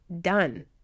done